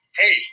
hey